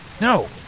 No